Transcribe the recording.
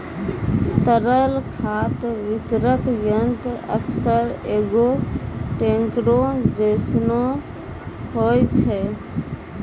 तरल खाद वितरक यंत्र अक्सर एगो टेंकरो जैसनो होय छै